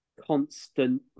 constant